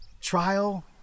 Trial